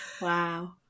wow